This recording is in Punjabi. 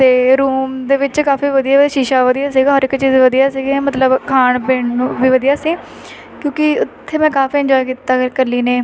ਅਤੇ ਰੂਮ ਦੇ ਵਿੱਚ ਕਾਫੀ ਵਧੀਆ ਸ਼ੀਸ਼ਾ ਵਧੀਆ ਸੀਗਾ ਹਰ ਇੱਕ ਚੀਜ਼ ਵਧੀਆ ਸੀਗੀ ਮਤਲਬ ਖਾਣ ਪੀਣ ਨੂੰ ਵੀ ਵਧੀਆ ਸੀ ਕਿਉਂਕਿ ਉੱਥੇ ਮੈਂ ਕਾਫੀ ਇੰਜੋਏ ਕੀਤਾ ਇਕੱਲੀ ਨੇ